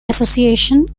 association